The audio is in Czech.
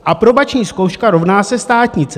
Aprobační zkouška rovná se státnice.